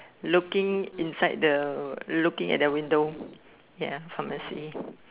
looking inside the looking at the window ya pharmacy